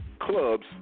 clubs